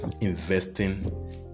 investing